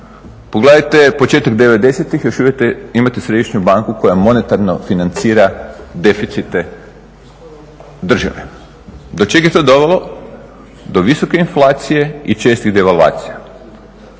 Pogledajte početak '90-ih još uvijek imate središnju banku koja monetarno financira deficite države. Do čega je to dovelo? Do visoke inflacije i čestih devalvacija.